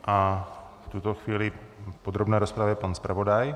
V tuto chvíli v podrobné rozpravě pan zpravodaj.